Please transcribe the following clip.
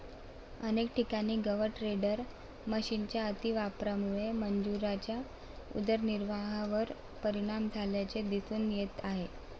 अनेक ठिकाणी गवत टेडर मशिनच्या अतिवापरामुळे मजुरांच्या उदरनिर्वाहावर परिणाम झाल्याचे दिसून येत आहे